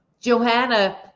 johanna